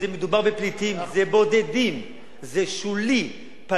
המקרים שבהם מדובר בפליטים, בודדים, זה שולי.